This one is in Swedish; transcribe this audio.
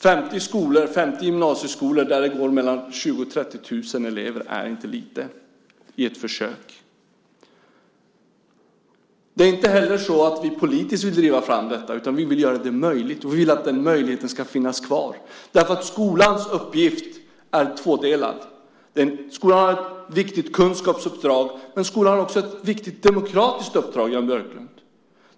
50 skolor, 50 gymnasieskolor där det går mellan 20 000 och 30 000 elever, är inte lite i ett försök. Det är inte heller så att vi politiskt vill driva fram detta, utan vi vill göra det möjligt, och vi vill att den möjligheten ska finnas kvar. Skolans uppgift är nämligen tvådelad. Skolan har ett viktigt kunskapsuppdrag, men skolan har också ett viktigt demokratiskt uppdrag, Jan Björklund.